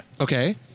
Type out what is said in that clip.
Okay